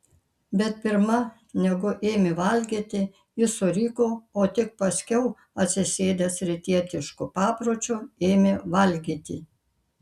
bet pirma negu ėmė valgyti jis suriko o tik paskiau atsisėdęs rytietišku papročiu ėmė valgyti